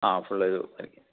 ആ ഫുൾ ഇത് പാക്ക് ചെയ്യാം